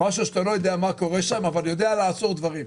משהו שאתה לא יודע מה קורה שם אבל יודע לעצור דברים.